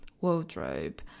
wardrobe